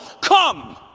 come